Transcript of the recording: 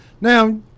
Now